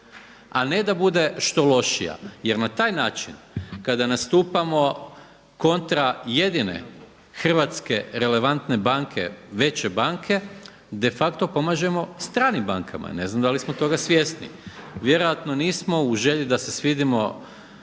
a ne da bude što lošija. Jer na taj način kada nastupamo kontra jedine hrvatske relevantne banke, veće banke de facto pomažemo stranim bankama. Ne znam da li smo toga svjesni. Vjerojatno nismo. U želji da se svidimo